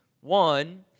One